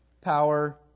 power